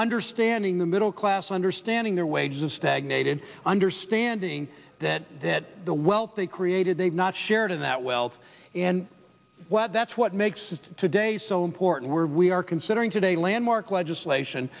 understanding the middle class understanding their wages stagnated understanding that that the wealth they created they've not shared in that wealth and what that's what makes today so important were we are considering today landmark legislation